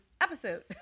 episode